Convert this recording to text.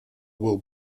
will